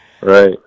right